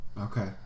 Okay